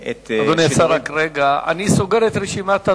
10, אין מתנגדים, אין נמנעים.